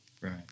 Right